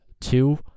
two